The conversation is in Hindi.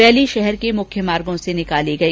रैली शहर के मुख्य मार्गो से निकाली गई